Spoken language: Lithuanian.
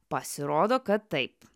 pasirodo kad taip